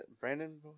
Brandon